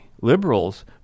liberals